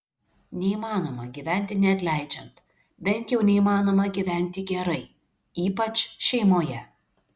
neįmanoma gyventi neatleidžiant bent jau neįmanoma gyventi gerai ypač šeimoje